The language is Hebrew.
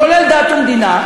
כולל דת ומדינה,